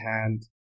hand